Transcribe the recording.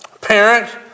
parent